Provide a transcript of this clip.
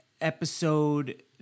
episode